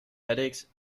headaches